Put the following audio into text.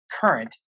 current